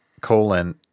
colon